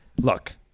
look